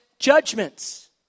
Judgments